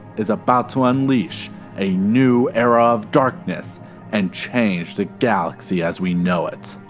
is about to unless a new era of darkness and change the galaxy as we know it.